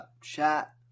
chat